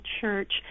church